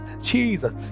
Jesus